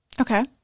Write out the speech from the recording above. Okay